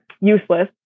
useless